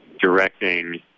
directing